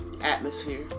atmosphere